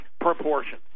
proportions